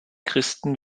christen